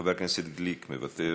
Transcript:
חבר הכנסת גליק, מוותר,